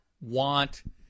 want